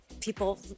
people